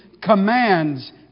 commands